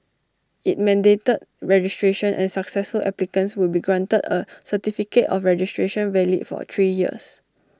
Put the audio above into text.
IT mandated registration and successful applicants would be granted A certificate of registration valid for three years